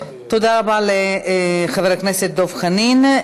תודה רבה לחבר הכנסת דב חנין.